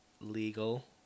legal